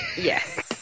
Yes